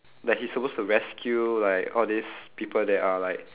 like he's supposed to rescue like all these people that are like